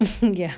ya